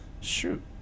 shoot